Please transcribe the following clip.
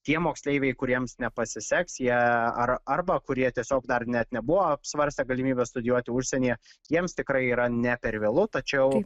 tie moksleiviai kuriems nepasiseks jie ar arba kurie tiesiog dar net nebuvo apsvarstę galimybę studijuoti užsienyje jiems tikrai yra ne per vėlu tačiau